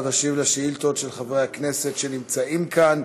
אתה תשיב על שאילתות של חברי הכנסת שנמצאים כאן.